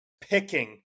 picking